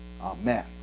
Amen